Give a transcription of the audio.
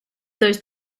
those